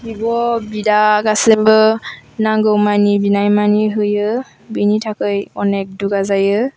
बिब' बिदा गासिमबो नांगौ मानि बिनाय मानि होयो बिनि थाखै अनेक दुगा जायो